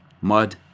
mud